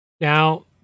now